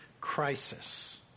crisis